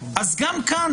אז גם כאן,